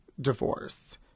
divorce